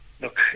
look